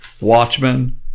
Watchmen